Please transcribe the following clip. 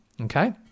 okay